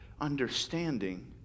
understanding